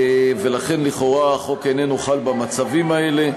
ולכן לכאורה החוק איננו חל במצבים האלה.